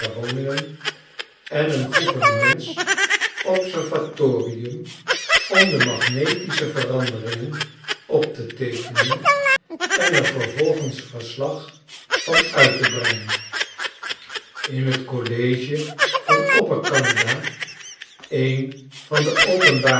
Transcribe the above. woningen en eengouvernements observatorium om de magnetische veranderingen op te teekenen en er vervolgens verslag van uit te brengen in t college van opper canada een van de openbare